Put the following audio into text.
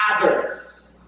others